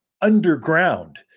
underground